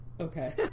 Okay